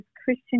Christian